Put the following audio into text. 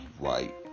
right